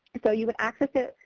so you would access it,